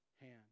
hand